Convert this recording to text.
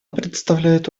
представляет